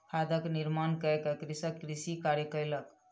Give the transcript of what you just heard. खादक निर्माण कय के कृषक कृषि कार्य कयलक